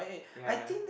yea